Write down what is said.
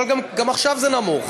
אבל גם עכשיו זה נמוך.